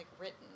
written